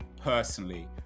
personally